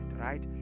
right